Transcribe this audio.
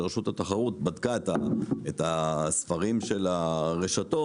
רשות התחרות שבדקה את הספרים של הרשתות,